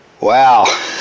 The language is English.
Wow